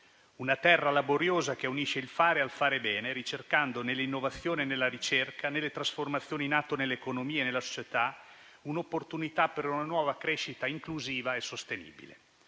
una terra laboriosa, che unisce il fare al fare bene, ricercando nell'innovazione, nella ricerca, nelle trasformazioni in atto nell'economia e nella società, un'opportunità per una nuova crescita inclusiva e sostenibile.